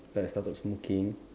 like I started smoking